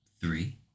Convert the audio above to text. Three